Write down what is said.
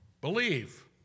believe